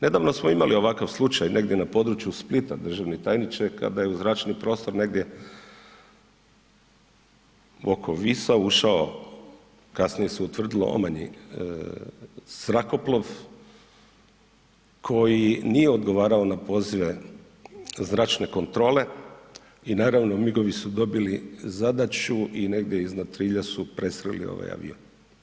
Nedavno smo imali ovakav slučaj negdje na području Splita državni tajniče, kada je zračni prostor negdje oko Visa ušao, kasnije se utvrdilo omanji zrakoplov koji nije odgovarao na pozive Zračne kontrole i naravno MIG-ovi su dobili zadaću i negdje iznad Trilja su presreli ovaj avion.